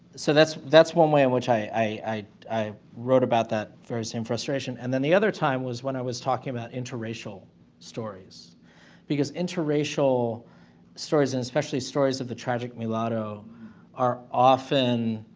so that's that's one way in which i i wrote about that very same frustration. and then the other time was when i was talking about interracial stories because interracial stories and especially stories of the tragic mulatto are often